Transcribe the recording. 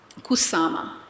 Kusama